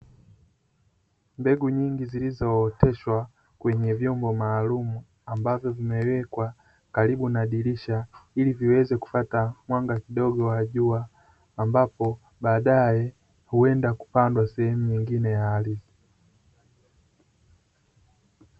Mbegu nyingi zilizooteshwa kwenye vyombo maalumu ambavyo vimewekwa karibu na dirisha ili viweze kufata mwanga kidogo wajua ambapo baadaye huenda kupandwa sehemu nyingine ya ardhi.